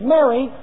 Mary